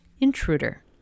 Intruder